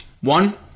One